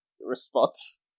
response